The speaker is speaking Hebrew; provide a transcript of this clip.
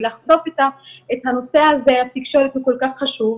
שלחשוף את הנושא הזה בתקשורת זה כל כך חשוב,